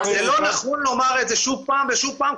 זה לא נכון לומר את זה שוב פעם ושוב פעם.